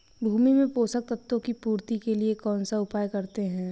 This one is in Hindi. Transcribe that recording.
भूमि में पोषक तत्वों की पूर्ति के लिए कौनसा उपाय करते हैं?